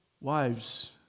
wives